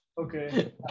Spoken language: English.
Okay